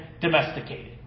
domesticated